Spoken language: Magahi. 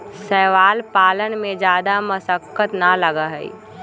शैवाल पालन में जादा मशक्कत ना लगा हई